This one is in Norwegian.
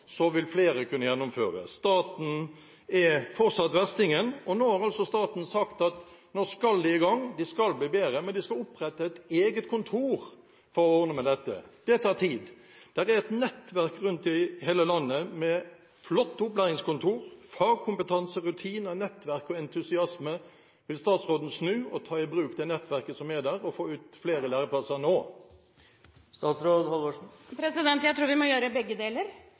vil flere kunne gjennomføre. Staten er fortsatt verstingen, men nå har altså staten sagt at de skal i gang, de skal bli bedre, og de skal opprette et eget kontor for å ordne med dette. Det tar tid. Det er et nettverk rundt i hele landet med flotte opplæringskontorer, fagkompetanse, rutiner, nettverk og entusiasme. Vil statsråden snu og ta i bruk det nettverket som er der, og få flere læreplasser ut nå? Jeg tror vi må gjøre begge deler.